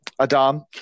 Adam